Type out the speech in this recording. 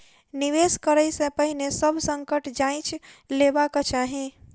निवेश करै से पहिने सभ संकट जांइच लेबाक चाही